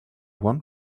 one